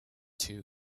two